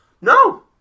No